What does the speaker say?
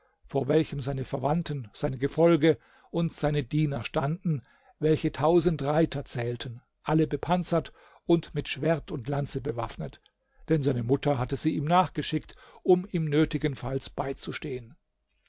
vor welchem seine verwandten sein gefolge und seine diener standen welche tausend reiter zählten alle bepanzert und mit schwert und lanze bewaffnet denn seine mutter hatte sie ihm nachgeschickt um ihm nötigenfalls beizustehen